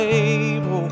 able